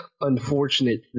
unfortunate